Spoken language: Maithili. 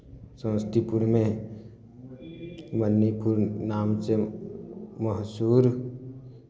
समस्तीपुरमे मन्नीपुर नामसँ मशहूर